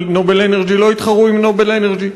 ו"נובל אנרג'י" לא יתחרו עם "נובל אנרג'י".